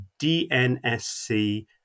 DNSC